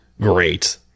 great